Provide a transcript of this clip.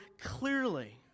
clearly